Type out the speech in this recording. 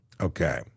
Okay